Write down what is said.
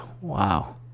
Wow